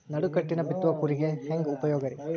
ನಡುಕಟ್ಟಿನ ಬಿತ್ತುವ ಕೂರಿಗೆ ಹೆಂಗ್ ಉಪಯೋಗ ರಿ?